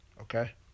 Okay